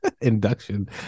induction